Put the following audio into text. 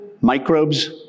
microbes